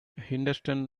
henderson